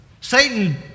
Satan